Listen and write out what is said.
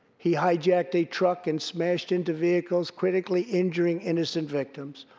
he hijacked a truck and smashed into vehicles, critically injuring innocent victims.